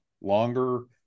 longer